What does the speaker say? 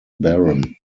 baron